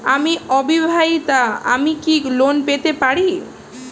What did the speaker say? আমি অবিবাহিতা আমি কি লোন পেতে পারি?